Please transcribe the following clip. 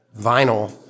vinyl